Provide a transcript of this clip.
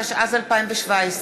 התשע"׳ז 2017,